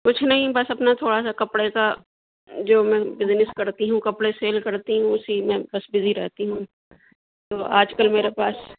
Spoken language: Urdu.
کچھ نہیں بس اپنا تھوڑا سا کپڑے کا جو میں بزنس کرتی ہوں کپڑے سیل کرتی ہوں اسی میں بس بزی رہتی ہوں تو آج کل میرے پاس